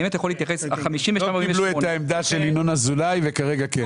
לא קיבלו את העמדה של ינון אזולאי וכרגע כן.